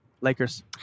Lakers